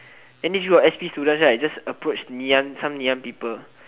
then this group of s_p students right just approach Ngee-Ann some Ngee-Ann people